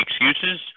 excuses